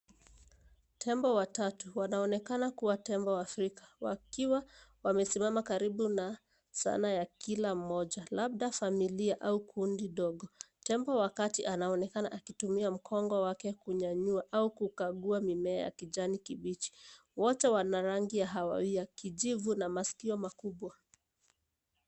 Tembo watatu wanaonekana kuwa tembo wa Afrika wakiwa wasimama karibu na zana ya kila mmoja. Labda familia au kundi dogo. Tembo wakati anaonekana akutumia mkongo wake kunyanyua au kukagua mimea ya kijani kibichi. Wote wana rangi ya hawawia, kijivu na maskio makubwa.